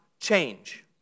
change